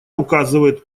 указывает